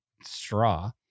straw